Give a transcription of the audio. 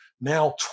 now